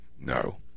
no